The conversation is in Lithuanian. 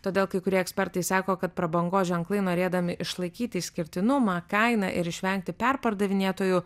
todėl kai kurie ekspertai sako kad prabangos ženklai norėdami išlaikyti išskirtinumą kainą ir išvengti perpardavinėtojų